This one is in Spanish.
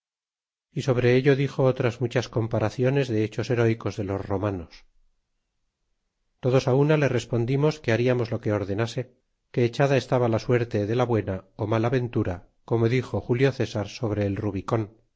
y sobre ello dixo otras muchas comparaciones de hechos heróicos de los romanos y todos una le respondimos que hariamos lo que ordenase que echada estaba ja suerte de la buena ó mala ventura como dixo julio césar sobre el rubicon